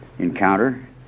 encounter